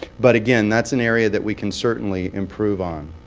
but again, that's an area that we can certainly improve on.